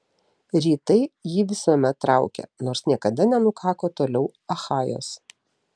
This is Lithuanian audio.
rytai jį visuomet traukė nors niekada nenukako toliau achajos